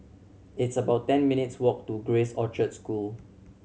it's about ten minutes' walk to Grace Orchard School